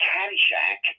Caddyshack